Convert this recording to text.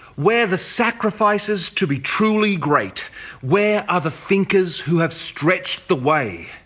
where the sacrifices to be truly great where are the thinkers who have stretched the way?